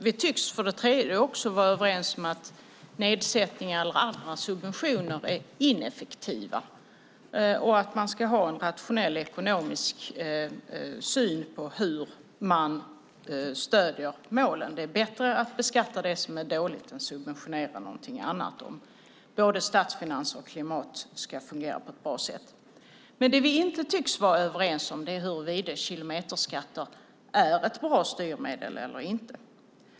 Vi tycks för det tredje också vara överens om att nedsättningar eller andra subventioner är ineffektiva och att man ska ha en rationell ekonomisk syn på hur man stöder målen. Det är bättre att beskatta det som är dåligt än att beskatta någonting annat om både statsfinanser och klimat ska fungera på ett bra sätt. Det vi inte tycks vara överens om är huruvida kilometerskatter är ett bra styrmedel eller inte.